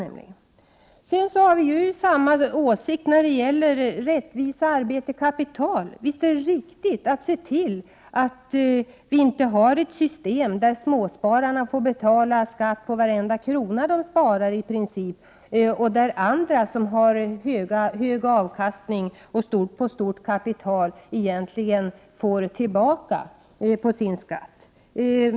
Vi har samma åsikt när det gäller rättvisa mellan inkomster av arbete och kapital. Visst är det riktigt att se till att vi inte har ett system där småspararna får betala skatt på i princip varenda krona de sparar och där andra, som har hög avkastning på stort kapital, egentligen får tillbaka på sin skatt.